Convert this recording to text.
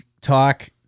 talk